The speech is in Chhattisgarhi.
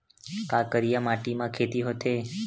का करिया माटी म खेती होथे?